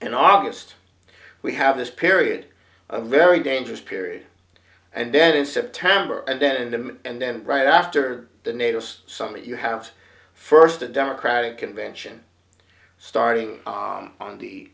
and august we have this period a very dangerous period and then in september and then and then right after the nato summit you have first the democratic convention starting on the